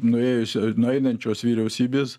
nuėjusio nueinančios vyriausybės